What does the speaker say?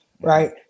right